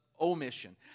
Omission